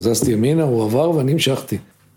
זזתי ימינה, הוא עבר, ואני המשכתי.